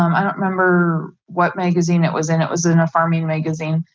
um i don't remember what magazine it was in it was in a farming and magazine.